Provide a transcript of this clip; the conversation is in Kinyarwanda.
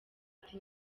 ati